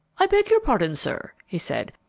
i beg your pardon, sir, he said.